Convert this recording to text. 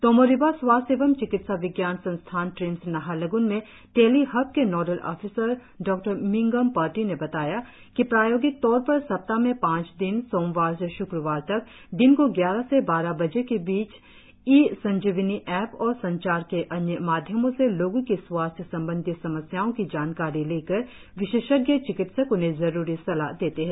तोमो रिबा स्वास्थ्य एवं चिकित्सा विज्ञान संस्थान ट्रिम्स नाहरलग्न में टेलिहब के नोडल ऑफिसर डॉ मिंगम पर्टिन ने बताया कि प्रायोगिक तौर पर सप्ताह में पांच दिन सोमवार से शुक्रवार तक दिन को ग्यारह से बारह बजे के बीस ई संजीवनी एप और संचार के अन्य माध्यमों से लोगों की स्वास्थ्य संबंधी समस्याओं की जानकारी लेकर विशेषज्ञ चिकित्सक उन्हें जरुरी सलाह देते है